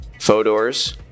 Fodor's